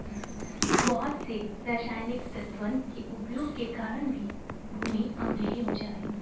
बहुत से रसायनिक तत्वन के उपयोग के कारण भी भूमि अम्लीय हो जाहई